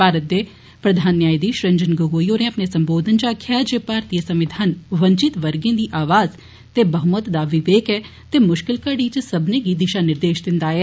भारत दे प्रधान न्यायाधीश रंजन गोगोई होरें अपने सम्बोधन च आक्खेआ जे भारतीय संविधान वंचित वर्गे दी आवाज़ ते बहुमत दा विवके ऐ ते मुश्कल घड़ी च सब्बनें गी दिशा निर्देश दिन्दा आया ऐ